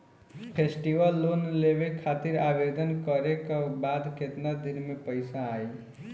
Festival loan लेवे खातिर आवेदन करे क बाद केतना दिन म पइसा आई?